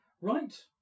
right